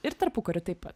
ir tarpukariu taip pa